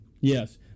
Yes